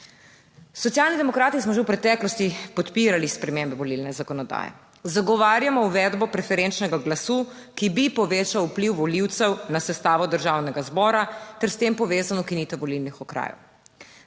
Socialni demokrati smo že v preteklosti podpirali spremembe volilne zakonodaje. Zagovarjamo uvedbo preferenčnega glasu, ki bi povečal vpliv volivcev na sestavo Državnega zbora, ter s tem povezano ukinitev volilnih okrajev.